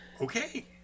okay